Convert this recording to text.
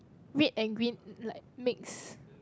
red and green like mix